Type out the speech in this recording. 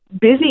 busy